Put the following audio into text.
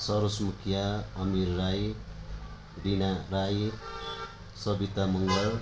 Saroj Mukhiya Amir Rai Dina Rai Sabita Magar